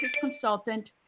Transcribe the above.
consultant